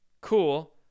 Cool